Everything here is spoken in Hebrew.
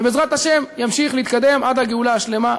ובעזרת השם ימשיך להתקדם עד הגאולה השלמה.